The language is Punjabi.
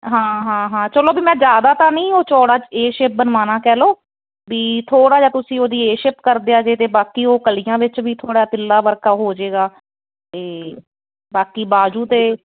ਹਾਂ ਹਾਂ ਹਾਂ ਚਲੋ ਵੀ ਮੈਂ ਜ਼ਿਆਦਾ ਤਾਂ ਨਹੀਂ ਉਹ ਚੌੜਾ ਏ ਸ਼ੇਪ ਬਨਵਾਉਣਾ ਕਹਿ ਲਓ ਵੀ ਥੋੜ੍ਹਾ ਜਿਹਾ ਤੁਸੀਂ ਉਹਦੀ ਏ ਸ਼ੇਪ ਕਰ ਦਿਆ ਜੇ ਅਤੇ ਬਾਕੀ ਉਹ ਕਲੀਆਂ ਵਿੱਚ ਵੀ ਥੋੜ੍ਹਾ ਤਿੱਲਾ ਵਰਕ ਹੋ ਜਾਏਗਾ ਅਤੇ ਬਾਕੀ ਬਾਜੂ 'ਤੇ